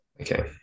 Okay